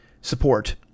support